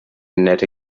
nette